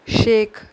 Shaikh